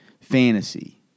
fantasy